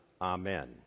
Amen